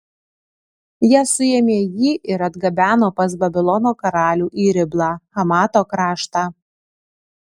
jie suėmė jį ir atgabeno pas babilono karalių į riblą hamato kraštą